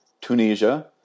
Tunisia